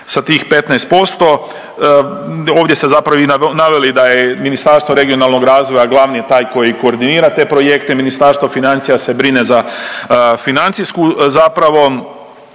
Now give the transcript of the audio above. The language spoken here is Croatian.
sa tih 15%. Ovdje ste zapravo i naveli da je Ministarstvo regionalnog razvoja glavni taj koji koordinira te projekte, Ministarstvo financija se brine za financijsku zapravo